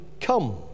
come